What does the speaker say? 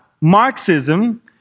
Marxism